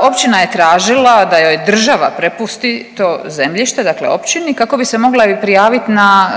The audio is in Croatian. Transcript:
Općina je tražila da joj država prepusti to zemljište, dakle općini kako bi se mogla prijaviti na